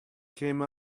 came